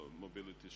mobility